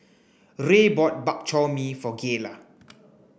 Ray bought Bak Chor Mee for Gayla